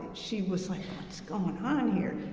she was like, what's goin' on here?